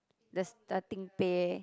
the starting pay